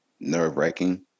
Nerve-wracking